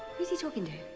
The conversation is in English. who's he talking to?